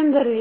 ಎಂದರೇನು